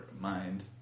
mind